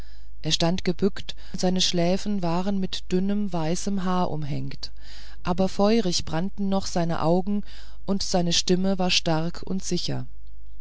er stand gebückt und seine schläfe waren mit dünnem weißem haar umhängt aber feurig brannten noch seine augen und seine stimme war stark und sicher